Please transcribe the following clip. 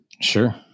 Sure